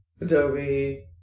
Adobe